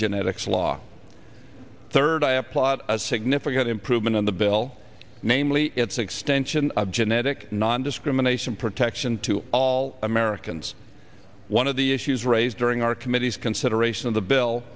genetics law third i applaud a significant improvement in the bill namely its extension of genetic nondiscrimination protection to all americans one of the issues raised during our committee's consideration of the bill